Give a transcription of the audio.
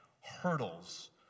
hurdles